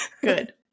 Good